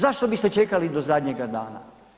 Zašto biste čekali do zadnjega dana?